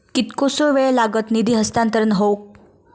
कितकोसो वेळ लागत निधी हस्तांतरण हौक?